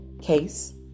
case